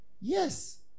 yes